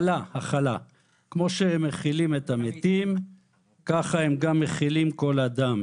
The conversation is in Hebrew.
כמו שמכילים את המתים ככה הם גם מכילים כל אדם,